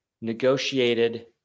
negotiated